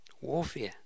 Warfare